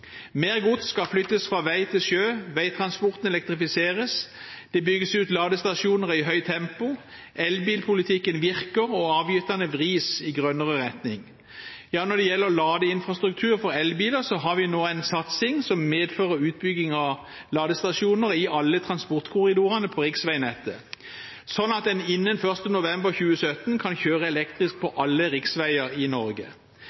Mer gods skal flyttes fra vei til sjø, veitransporten elektrifiseres, det bygges ut ladestasjoner i høyt tempo, elbilpolitikken virker, og avgiftene vris i grønnere retning. Ja, når det gjelder ladeinfrastruktur for elbiler, har vi nå en satsing som medfører utbygging av ladestasjoner i alle transportkorridorene på riksveinettet, sånn at en innen 1. november 2017 kan kjøre elektrisk på alle riksveier i Norge.